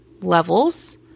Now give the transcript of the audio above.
levels